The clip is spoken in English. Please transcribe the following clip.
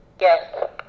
Yes